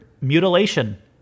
Mutilation